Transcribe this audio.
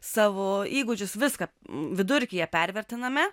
savo įgūdžius viską vidurkyje pervertiname